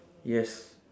yes